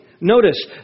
Notice